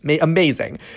amazing